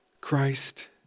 Christ